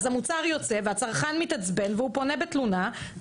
המוצר יוצא והצרכן מתעצבן והוא פונה בתלונה.